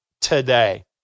today